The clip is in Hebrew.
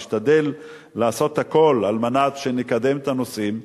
נשתדל לעשות הכול על מנת שנקדם את הנושאים.